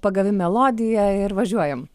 pagavi melodija ir važiuojam